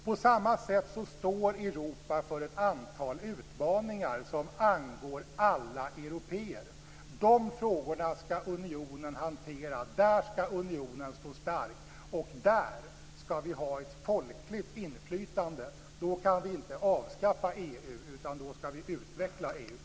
På samma sätt står Europa för ett antal utmaningar som angår alla européer. Dessa frågor skall unionen hantera. Där skall unionen stå stark, och där skall vi ha ett folkligt inflytande. Då kan vi inte avskaffa EU, utan då skall vi utveckla EU.